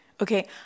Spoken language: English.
Okay